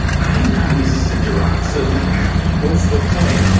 i'm not resistant to rot, so like what's the point?